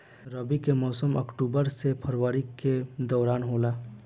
रबी के मौसम अक्टूबर से फरवरी के दौरान होला